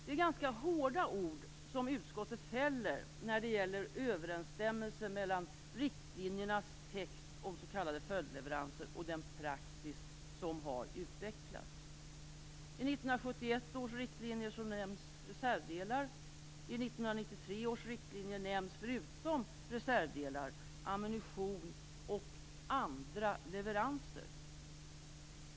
Det är ganska hårda ord som utskottet fäller när det gäller överensstämmelsen mellan riktlinjernas text om s.k. följdleveranser och den praxis som har utvecklats. I 1971 års riktlinjer nämns reservdelar. I 1993 års riktlinjer nämns, förutom reservdelar, ammunition och andra leveranser.